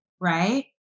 Right